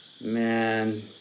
man